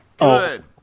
good